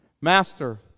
Master